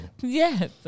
Yes